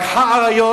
לקחה אריות,